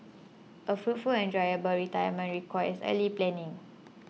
a fruitful and enjoyable retirement requires early planning